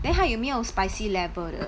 then 他有没有 spicy level 的